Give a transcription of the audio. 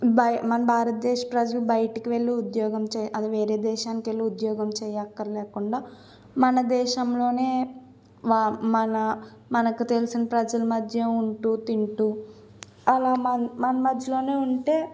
బయ మన భారతదేశ ప్రజలు బయటకు వెళ్ళి ఉద్యోగం చే అదే వేరే దేశానికి వెళ్ళి ఉద్యోగం చేయక్కర లేకుండా మన దేశంలోనే మా మన మనకు తెలిసిన ప్రజల మధ్యే ఉంటూ తింటూ అలా మన మన మధ్యలోనే ఉంటే